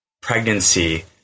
pregnancy